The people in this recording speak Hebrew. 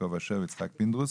יעקב אשר ויצחק פינדרוס,